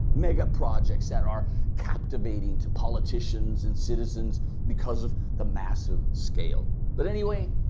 mega projects that are captivating to politicians and citizens because of the massive scale. but anyway,